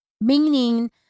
Meaning